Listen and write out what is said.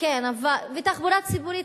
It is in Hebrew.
ותחבורה ציבורית,